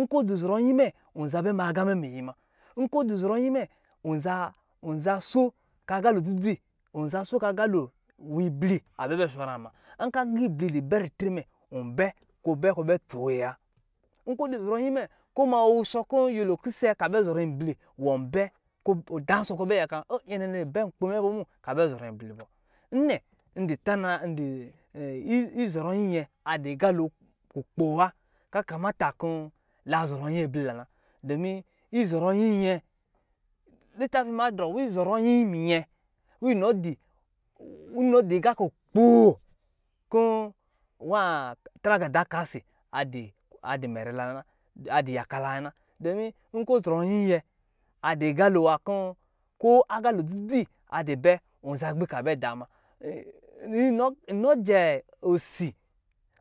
Nkɔ ɔdu zɔrɔ nyimɛ ɔnza bɛ ma aqa mɛ myi ma ɔkɔ ɔzɔrɔ nyi mɛ wɔnza so kɔ aqalo nwi bli abɛ swo an ma nkɔ aqa bli du bɛ ritre mɛ wɔnbɛ kɔ bɛ tso yɛ wa nkɔ zɔrɔ nyi mɛ ko nyɛ wo bɛ ka bɛ zɔrɔ ibli wɔ bɛ kɔ danso bɛ nkpi mɛ kɔ bɛ yakan wa mɛ izɔrɔ nyi nyɛ adu aga lo kukpo wa lu akama ra kɔ lazɔrɔ ayi blilana izɔrɔn yi yɛ latafi drɔ kɔ izɔrɔ nyi nyɛ wi inɔdɔ aqa kukpo wanka taraqa da kasi adu mɛrɛ la na domi nkɔ ɔzɔrɔ nyi yɛ adu aqa lo wank ko aqa lo dzi dzi adu ba wɔ nde kpi ka bɛ da ma nujɛ osi